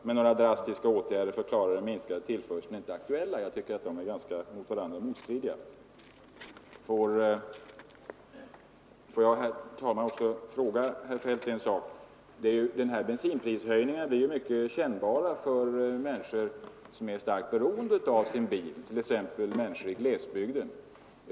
Men några drastiska åtgärder för att klara den minskade tillförseln är inte aktuella.” Jag tycker att dessa uttalanden är motstridiga mot varandra. Får jag, herr talman, också fråga herr Feldt om en sak. Bensinprishöjningarna blir ju mycket kännbara för människor som är starkt beroende av sin bil, bl.a. människor i glesbygden.